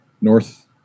North